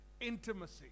intimacy